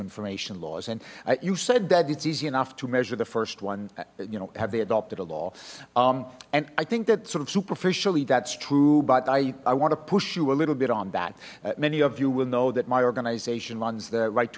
information laws and you said that it's easy enough to measure the first one you know have they adopted a law and i think that sort of superficially that's true but i i want to push you a little bit on that many of you will know that my organization runs the right to